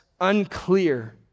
unclear